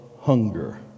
hunger